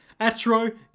Atro